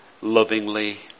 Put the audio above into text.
lovingly